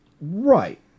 Right